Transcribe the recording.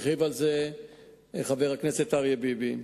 הרחיב על זה חבר הכנסת אריה ביבי.